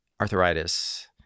arthritis